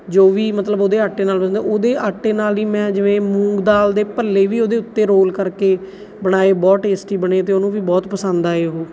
ਜੋ ਵੀ ਮਤਲਬ ਉਹਦੇ ਆਟੇ ਨਾਲ ਬਣਦਾ ਉਹਦੇ ਆਟੇ ਨਾਲ ਹੀ ਮੈਂ ਜਿਵੇਂ ਮੂੰਗ ਦਾਲ ਦੇ ਭੱਲੇ ਵੀ ਉਹਦੇ ਉੱਤੇ ਰੋਲ ਕਰਕੇ ਬਣਾਏ ਬਹੁਤ ਟੇਸਟੀ ਬਣੇ ਅਤੇ ਉਹਨੂੰ ਵੀ ਬਹੁਤ ਪਸੰਦ ਆਏ ਉਹ